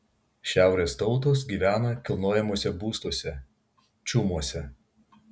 šiaurės tautos gyvena kilnojamuose būstuose čiumuose